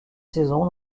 saison